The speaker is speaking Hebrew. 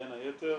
בין היתר.